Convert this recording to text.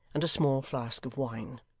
and a small flask of wine.